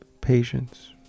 patience